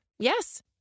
Yes